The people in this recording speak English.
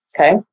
Okay